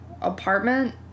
apartment